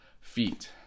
feet